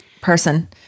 person